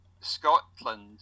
Scotland